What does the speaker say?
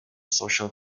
social